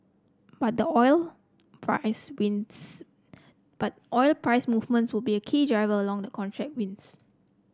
but the oil price wins but oil price movements will be a key driver along the contract wins